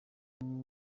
nko